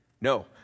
No